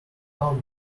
how